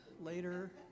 later